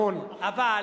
המון, המון.